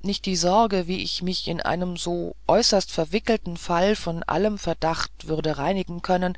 nicht die sorge wie ich mich in einem so äußerst verwickelten falle von allem verdacht würde reinigen können